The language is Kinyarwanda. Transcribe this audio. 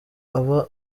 aba